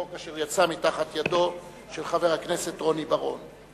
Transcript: חוק אשר יצא מתחת ידו של חבר הכנסת רוני בר-און.